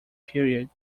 period